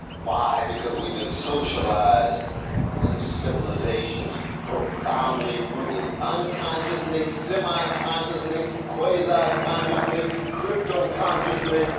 why? because we've been socialized in civilizations profoundly rooted. unconsciously, semi-consciously, quasi-consciously, crypto-consciously,